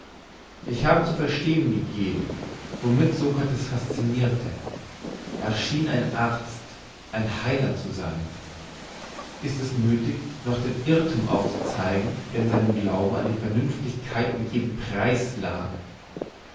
ich habe zu verstehn gegeben womit sokrates fascinirte er schien ein arzt ein heiland zu sein ist es nöthig noch den irrthum aufzuzeigen der in seinem glauben an die vernünftigkeit um jeden preis lag